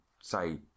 say